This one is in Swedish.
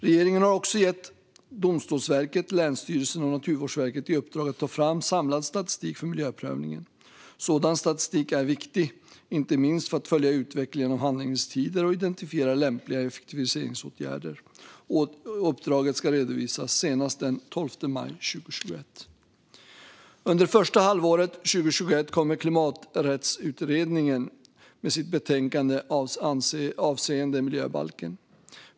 Regeringen har också gett Domstolsverket, länsstyrelserna och Naturvårdsverket i uppdrag att ta fram samlad statistik för miljöprövningen. Sådan statistik är viktig, inte minst för att följa utvecklingen av handläggningstider och identifiera lämpliga effektiviseringsåtgärder. Uppdraget ska redovisas senast den 12 maj 2021. Under första halvåret 2021 kommer Klimaträttsutredningen med sitt delbetänkande avseende miljöbalken.